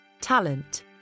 talent